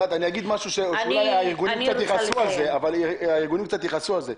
אני אגיד משהו שאולי הארגונים קצת יכעסו על זה.